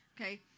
Okay